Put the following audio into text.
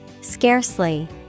Scarcely